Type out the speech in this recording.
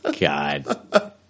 God